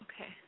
Okay